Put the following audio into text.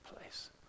place